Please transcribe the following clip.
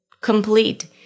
complete